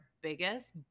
biggest